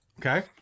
okay